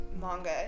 manga